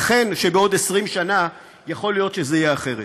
בעוד 20 שנה יכול להיות שזה יהיה אחרת.